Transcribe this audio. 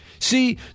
See